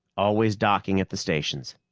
always docking at the stations.